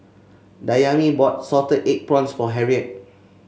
Dayami bought Salted Egg Prawns for Harriet